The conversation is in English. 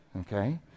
okay